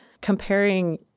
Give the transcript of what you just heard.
Comparing